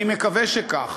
אני מקווה שכך,